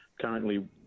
currently